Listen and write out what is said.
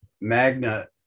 magna